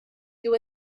dyw